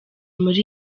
muri